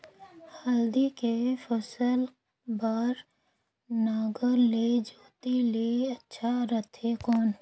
हल्दी के फसल बार नागर ले जोते ले अच्छा रथे कौन?